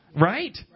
right